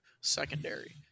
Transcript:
secondary